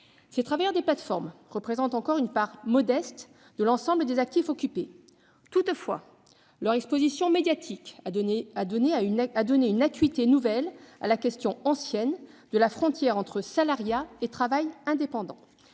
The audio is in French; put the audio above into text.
Les travailleurs des plateformes représentent encore une part modeste de l'ensemble des actifs. Toutefois, leur exposition médiatique a donné une acuité nouvelle à la question ancienne de la frontière entre salariat et travail indépendant.